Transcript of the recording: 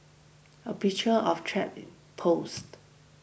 a picture of trap posted